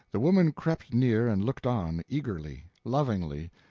the woman crept near and looked on, eagerly, lovingly,